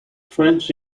french